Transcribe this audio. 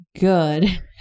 good